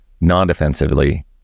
non-defensively